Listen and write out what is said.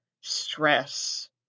Stress